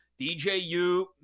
DJU